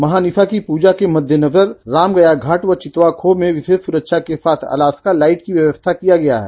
महानिशा की पूजा के मद्देनजर रामगया घाट व चीत्वा खोह मे विशेष सुरक्षा के साथ अलास्का लाइट की व्यवस्था की गयी है